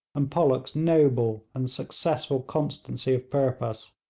and pollock's noble and successful constancy of purpose.